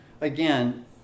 again